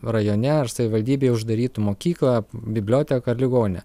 rajone ar savivaldybėje uždarytų mokyklą biblioteką ar ligoninę